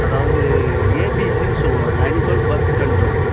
அதாவது ஏபிசின்னு சொல்லுவாங்க அணிமல் பத் கண்ட்ரோல்